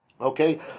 Okay